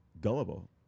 gullible